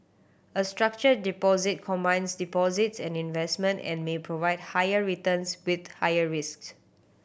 a structured deposit combines deposits and investment and may provide higher returns with higher risks